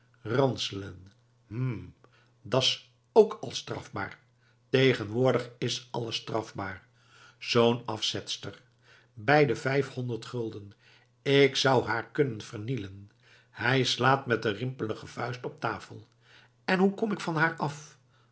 ranselen hm dat s ook al strafbaar tegenwoordig is alles strafbaar zoo'n afzetster bij de vijf honderd gulden k zou haar kunnen vernielen hij slaat met de rimpelige vuist op tafel en hoe kom ik van haar af